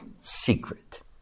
secret